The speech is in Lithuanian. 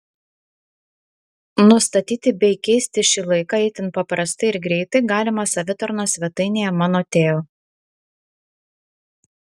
nustatyti bei keisti šį laiką itin paprastai ir greitai galima savitarnos svetainėje mano teo